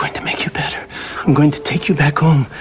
like to make you better. i'm going to take you back home,